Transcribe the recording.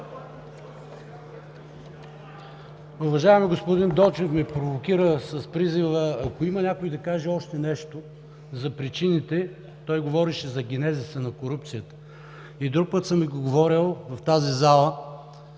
Уважаемият господин Дончев ме провокира с призива „ако има някой да каже още нещо за причините“, той говореше за генезиса на корупцията. И друг път съм говорил в тази зала